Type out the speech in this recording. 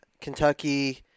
Kentucky